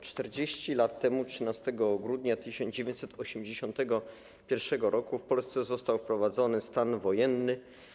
40 lat temu 13 grudnia 1981 r. w Polsce został wprowadzony stan wojenny.